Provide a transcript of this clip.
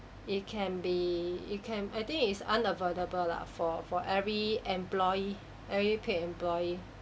it can be it can I think its unavoidable lah for for every employee every paid employee